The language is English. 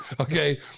Okay